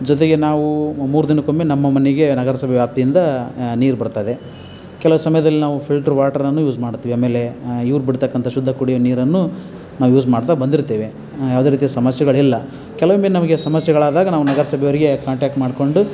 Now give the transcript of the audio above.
ಜೊತೆಗೆ ನಾವು ಮೂರು ದಿನಕ್ಕೊಮ್ಮೆ ನಮ್ಮ ಮನೆಗೆ ನಗರಸಭೆ ವ್ಯಾಪ್ತಿಯಿಂದ ನೀರು ಬರ್ತಾಯಿದೆ ಕೆಲವು ಸಮಯ್ದಲ್ಲಿ ನಾವು ಫಿಲ್ಟ್ರು ವಾಟ್ರನ್ನು ಯೂಸ್ ಮಾಡ್ತೀವಿ ಆಮೇಲೆ ಇವ್ರು ಬಿಡತಕ್ಕಂಥ ಶುದ್ಧ ಕುಡಿಯುವ ನೀರನ್ನು ನಾವು ಯೂಸ್ ಮಾಡ್ತಾ ಬಂದಿರ್ತೇವೆ ಯಾವುದೇ ರೀತಿಯ ಸಮಸ್ಯೆಗಳಿಲ್ಲ ಕೆಲವೊಮ್ಮೆ ನಮಗೆ ಸಮಸ್ಯೆಗಳಾದಾಗ ನಾವು ನಗರಸಭೆಯವ್ರಿಗೆ ಕಾಂಟ್ಯಾಕ್ಟ್ ಮಾಡಿಕೊಂಡು